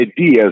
ideas